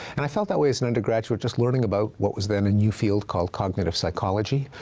and i felt that way as an undergraduate just learning about what was then a new field called cognitive psychology.